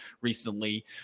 recently